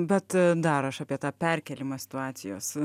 bet dar aš apie tą perkėlimą situacijos